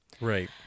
right